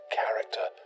character